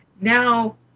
now